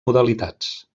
modalitats